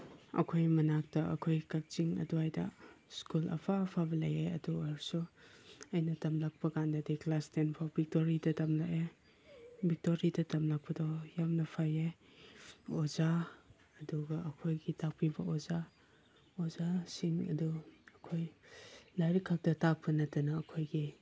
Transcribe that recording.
ꯑꯩꯈꯣꯏ ꯃꯅꯥꯛꯇ ꯑꯩꯈꯣꯏ ꯀꯛꯆꯤꯡ ꯑꯗꯨꯋꯥꯏꯗ ꯁ꯭ꯀꯨꯜ ꯑꯐ ꯑꯐꯕ ꯂꯩꯌꯦ ꯑꯗꯨꯑꯣꯏꯔꯁꯨ ꯑꯩꯅ ꯇꯝꯂꯛꯄ ꯀꯥꯟꯗꯗꯤ ꯀ꯭ꯂꯥꯁ ꯇꯦꯟ ꯐꯥꯎ ꯚꯤꯛꯇꯣꯔꯤꯗ ꯇꯝꯂꯛꯑꯦ ꯚꯤꯛꯇꯣꯔꯤꯗ ꯇꯝꯂꯛꯄꯗꯣ ꯌꯥꯝꯅ ꯐꯩꯌꯦ ꯑꯣꯖꯥ ꯑꯗꯨꯒ ꯑꯩꯈꯣꯏꯒꯤ ꯇꯥꯛꯄꯤꯕ ꯑꯣꯖꯥ ꯑꯣꯖꯥꯁꯤꯡ ꯑꯗꯨ ꯑꯩꯈꯣꯏ ꯂꯥꯏꯔꯤꯛꯈꯛꯇ ꯇꯥꯛꯄ ꯅꯠꯇꯅ ꯑꯩꯈꯣꯏꯒꯤ